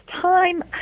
time